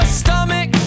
stomach